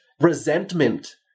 resentment